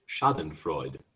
schadenfreude